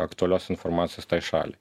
aktualios informacijos tai šaliai